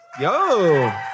Yo